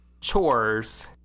chores